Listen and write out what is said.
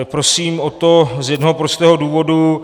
Prosím o to z jednoho prostého důvodu.